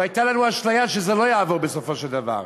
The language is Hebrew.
והייתה לנו אשליה שזה לא יעבור בסופו של דבר.